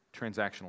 transactional